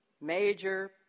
major